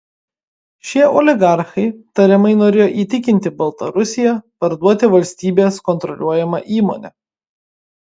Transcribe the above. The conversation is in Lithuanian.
šie oligarchai tariamai norėjo įtikinti baltarusiją parduoti valstybės kontroliuojamą įmonę